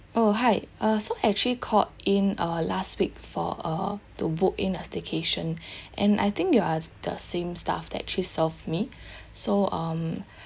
oh hi uh so actually called in uh last week for uh to book in a staycation and I think you are the same staff that actually served me so um